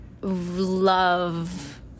love